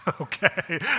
okay